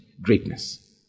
greatness